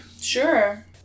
Sure